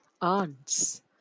aunts